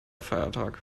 feiertag